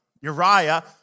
Uriah